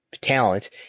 talent